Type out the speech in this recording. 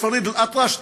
יש פריד אל-אטרש,